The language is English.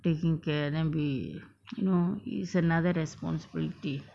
taking care that will be you know it's another responsibility